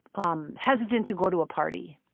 um hesitant to go to a party.